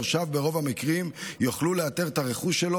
ברוב המקרים יורשיו יוכלו לאתר את הרכוש שלו,